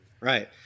Right